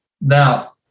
Now